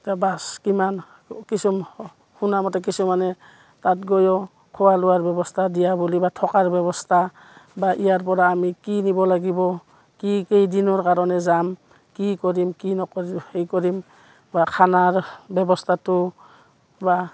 এতিয়া বাছ কিমান কিছু শুনামতে কিছুমানে তাত গৈও খোৱা লোৱাৰ ব্যৱস্থা দিয়া বুলি বা থকাৰ ব্যৱস্থা বা ইয়াৰপৰা আমি কি নিব লাগিব কি কেইদিনৰ কাৰণে যাম কি কৰিম কি নকৰিম সেই কৰিম বা খানাৰ ব্যৱস্থাটো বা